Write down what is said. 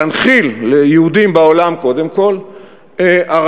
להנחיל ליהודים בעולם קודם כול ערכים,